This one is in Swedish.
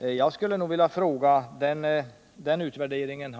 Om jag förstått rätt har den utvärderingen